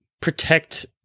protect